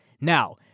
Now